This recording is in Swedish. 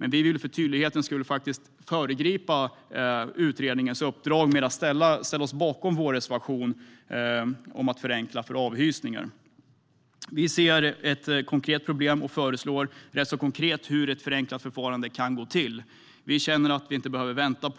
Vi vill dock för tydlighetens skull föregripa utredarens uppdrag med att ställa oss bakom vår reservation om att förenkla avhysningar. Vi ser ett konkret problem, och vi föreslår rätt konkret hur ett förenklat förfarande kan gå till. Vi känner inte att vi behöver vänta